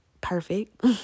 perfect